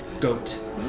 goat